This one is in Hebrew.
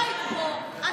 אתה כבר לא בעל הבית פה.